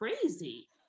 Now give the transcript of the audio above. crazy